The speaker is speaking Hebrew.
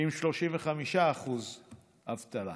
עם 35% אבטלה.